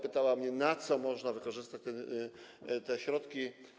Pytała mnie, na co można wykorzystać te środki.